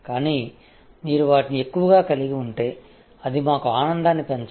కానీ మీరు వాటిని ఎక్కువగా కలిగి ఉంటే అది మాకు ఆనందాన్ని పెంచదు